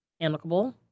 amicable